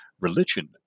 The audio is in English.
religion